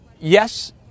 yes